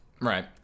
Right